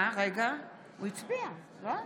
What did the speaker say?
הוא הצביע, לא?